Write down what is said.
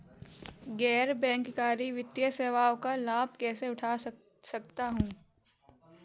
गैर बैंककारी वित्तीय सेवाओं का लाभ कैसे उठा सकता हूँ?